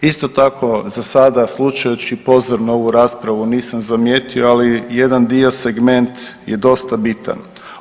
Isto tako za sada slušajući pozorno ovu raspravu nisam zamijetio ali jedan dio segment je dosta bitan.